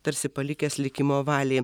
tarsi palikęs likimo valiai